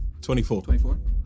24